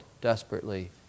desperately